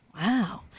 Wow